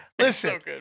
listen